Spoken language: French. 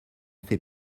fait